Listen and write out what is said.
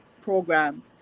program